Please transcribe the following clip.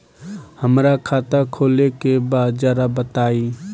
हमरा खाता खोले के बा जरा बताई